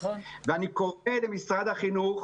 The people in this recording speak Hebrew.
אני קורא למשרד החינוך